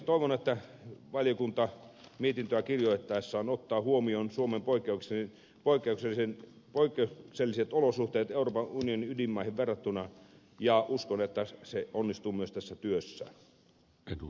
toivon että valiokunta mietintöä kirjoittaessaan ottaa huomioon suomen poikkeukselliset olosuhteet euroopan unionin ydinmaihin verrattuna ja uskon että se onnistuu myös tässä työssä